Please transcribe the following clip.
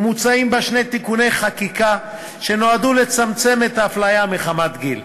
ומוצעים בה שני תיקוני חקיקה שנועדו לצמצם את ההפליה מחמת גיל.